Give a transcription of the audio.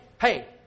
hey